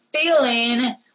feeling –